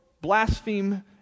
blaspheme